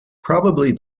probably